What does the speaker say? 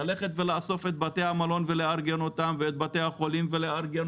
ללכת ולאסוף את בתי המלון ולארגן אותם ואת בתי החולים ולארגן